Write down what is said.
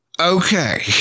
Okay